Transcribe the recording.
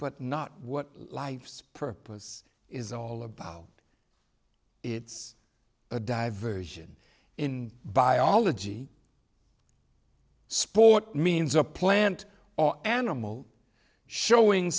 but not what life's purpose is all about it's a diversion in biology sport means a plant or animal showing